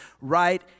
right